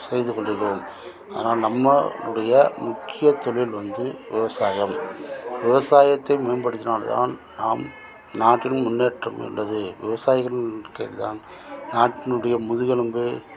செய்து கொண்டிருக்கிறோம் அதனால் நம்ம உடைய முக்கிய தொழில் வந்து விவசாயம் விவசாயத்தை மேம்படுத்தினால் தான் நாம் நாட்டிலும் முன்னேற்றம் கொண்டது விவசாயிகள்ருக்கையில் தான் நாட்டினுடைய முதுகெலும்பு